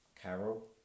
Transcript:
carol